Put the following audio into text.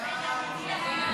סעיפים 1